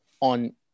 on